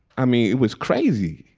i mean, it was crazy,